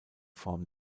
form